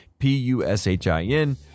P-U-S-H-I-N